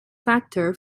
factor